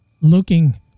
Looking